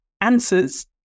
answers